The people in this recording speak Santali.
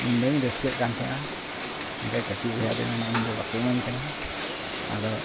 ᱤᱧᱫᱚᱧ ᱨᱟᱹᱥᱠᱟᱹᱜ ᱠᱟᱱ ᱛᱮᱦᱮᱱᱟ ᱡᱮ ᱠᱟᱹᱴᱤᱡ ᱵᱚᱭᱦᱟᱫᱚᱭ ᱢᱮᱱᱟ ᱡᱮ ᱤᱧᱫᱚ ᱵᱟᱠᱚ ᱤᱢᱟᱹᱧ ᱠᱟᱱᱟ ᱟᱫᱚ